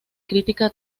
crítica